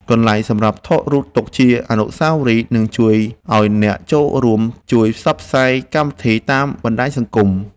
កន្លែងសម្រាប់ថតរូបទុកជាអនុស្សាវរីយ៍នឹងជួយឱ្យអ្នកចូលរួមជួយផ្សព្វផ្សាយកម្មវិធីតាមបណ្ដាញសង្គម។